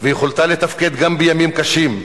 ויכולתה לתפקד גם בימים קשים.